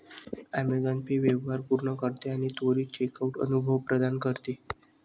Amazon pay व्यवहार पूर्ण करते आणि त्वरित चेकआउट अनुभव प्रदान करते